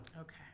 Okay